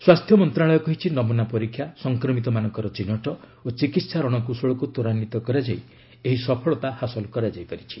ସ୍ୱାସ୍ଥ୍ୟ ମନ୍ତ୍ରଣାଳୟ କହିଛି ନମୁନା ପରୀକ୍ଷା ସଫକ୍ରମିତମାନଙ୍କ ଚିହ୍ନଟ ଓ ଚିକିତ୍ସା ରଣକୌଶଳକୁ ତ୍ୱରାନ୍ୱିତ କରାଯାଇ ଏହି ସଫଳତା ହାସଲ କରାଯାଇପାରିଛି